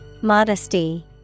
Modesty